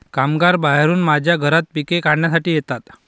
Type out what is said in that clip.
कामगार बाहेरून माझ्या घरात पिके काढण्यासाठी येतात